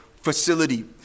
facility